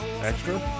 Extra